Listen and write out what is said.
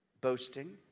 boasting